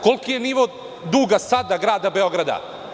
Koliki je nivo duga sada grada Beograda?